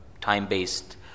time-based